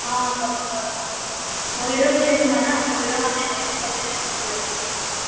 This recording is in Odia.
ହଁ ସବୁ ଭଲ୍ ମୟୂର ବି ଦେଖ୍ମା ନା ମୟୂରମାନେ ଡ଼େନ୍ସ୍ କଲେ ବେଶୀ ଭଲ୍ ଲାଗ୍ସି ଦେଖ୍ବାର୍ ଲାଗି